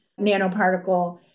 nanoparticle